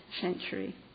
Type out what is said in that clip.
century